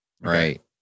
right